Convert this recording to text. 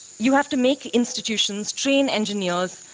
you have to make institutions, train engineers,